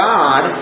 God